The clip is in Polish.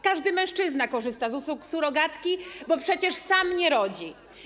Każdy mężczyzna korzysta z usług surogatki, bo przecież sam nie rodzi.